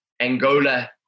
Angola